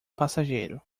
passageiro